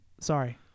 sorry